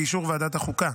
באישור ועדת החוקה,